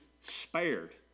spared